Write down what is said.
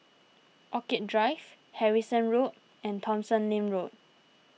Orchid Drive Harrison Road and Tomsonlin Road